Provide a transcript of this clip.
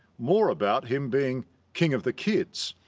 more about him being king of the kids.